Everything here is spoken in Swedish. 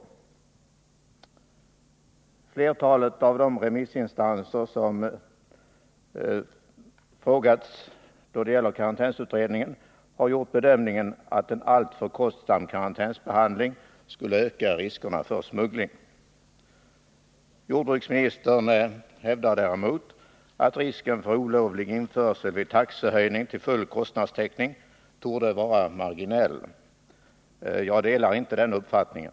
SS SO e ” Å bruksdepartemen "Hertalet remissinstanser ansluter sig till karantänsutredringens bedömtets verksamhetsning att en mycket kostsam karantänsbehandling ökar riskerna för smuggområde ling. Jordbruksministern hävdar däremot att risken för olovlig införsel vid taxehöjning till full kostnadstäckning torde vara marginell. Jag delar inte den uppfattningen.